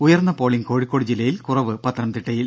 ഉയർന്ന പോളിങ് കോഴിക്കോട് ജില്ലയിൽ കുറവ് പത്തനംതിട്ടയിൽ